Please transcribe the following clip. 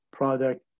product